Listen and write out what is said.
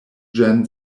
jan